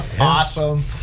Awesome